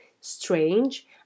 strange